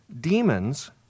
demons